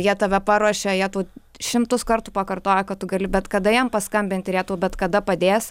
jie tave paruošia jie tau šimtus kartų pakartoja kad tu gali bet kada jiem paskambinti ir jie tau bet kada padės